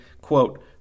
quote